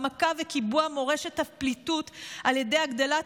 העמקה וקיבוע מורשת הפליטות על ידי הגדלת